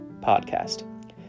podcast